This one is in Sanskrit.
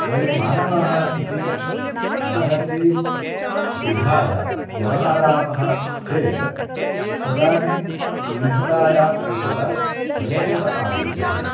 वयं मानवाः इति मनसि निधाय व्यवहरामः चेत् तदानीं विविधतायाम् एकता स्वयमेव आगच्छति